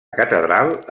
catedral